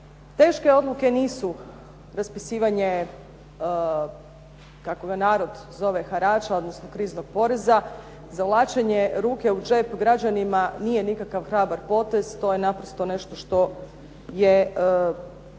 Teške odluke nisu raspisivanje kako ga narod zove harača, odnosno kriznog poreza zavlačenje ruke u džep građanima nije nikakav hrabar potez, to je naprosto nešto što je